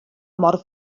mor